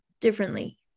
differently